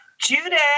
Judith